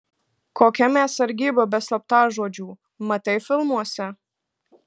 kokia mes sargyba be slaptažodžių matei filmuose